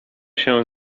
się